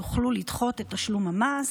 תוכלו לדחות את תשלום המס,